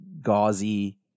gauzy